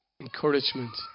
encouragement